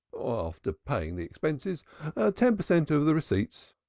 after paying the expenses ten per cent. of the receipts.